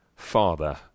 father